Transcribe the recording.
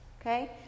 okay